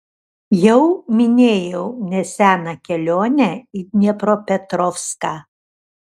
jau minėjau neseną kelionę į dniepropetrovską